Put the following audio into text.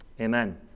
Amen